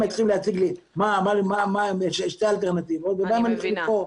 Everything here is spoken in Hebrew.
הם צריכים להציג לי שתי אלטרנטיבות ומהן אני צריך לבחור,